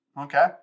Okay